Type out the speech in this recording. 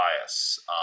bias